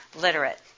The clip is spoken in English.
literate